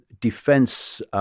defense